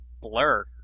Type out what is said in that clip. Blur